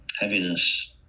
heaviness